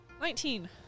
Nineteen